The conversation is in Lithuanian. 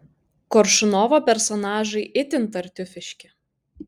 koršunovo personažai itin tartiufiški